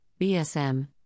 BSM